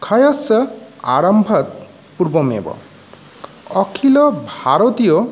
क्षयस आरम्भात् पूर्वम् एव अखिलभारतीय